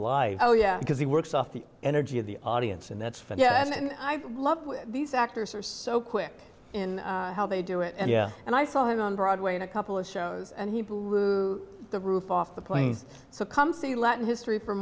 bly oh yeah because he works off the energy of the audience and that's yes and i love these actors are so quick in how they do it and yeah and i saw him on broadway in a couple of shows and he blew the roof off the planes so come see latin history for